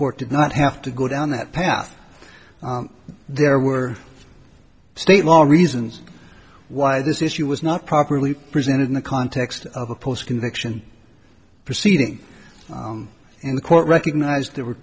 court did not have to go down that path there were state law reasons why this issue was not properly presented in the context of a post conviction proceeding and the court recognized there were